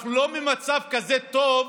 אנחנו לא במצב כזה טוב